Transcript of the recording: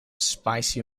spicy